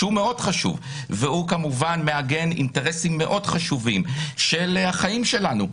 שהוא מאוד חשוב והוא כמובן מעגן אינטרסים מאוד חשובים של החיים שלנו,